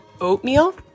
oatmeal